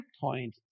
point